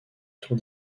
tour